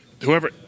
whoever